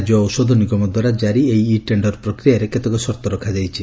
ରାଜ୍ୟ ଔଷଧ ନିଗମ ଦ୍ୱାରା ଜାରି ଏହି ଇ ଟେଣ୍ଡର ପ୍ରକ୍ରିୟାରେ କେତେକ ସର୍ଉ ରଖାଯାଇଛି